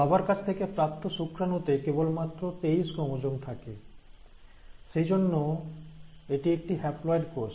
বাবার কাছ থেকে প্রাপ্ত শুক্রাণুতে কেবলমাত্র 23 ক্রোমোজোম থাকে সেই জন্য এটি একটি হ্যাপ্লয়েড কোষ